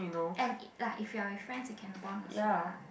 and it lah if you are with friends you can bond also lah